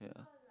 yeah